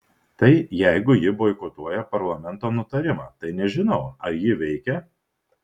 tai jeigu ji boikotuoja parlamento nutarimą tai nežinau ar ji veikia